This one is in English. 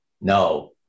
No